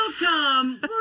Welcome